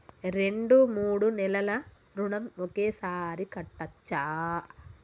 రెండు మూడు నెలల ఋణం ఒకేసారి కట్టచ్చా?